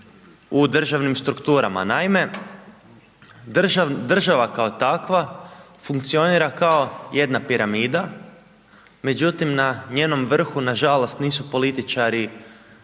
u državnim strukturama. Naime, država kao takva funkcionira kao jedna piramida, međutim na njenom vrhu nažalost nisu političari